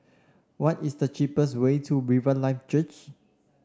what is the cheapest way to Riverlife Church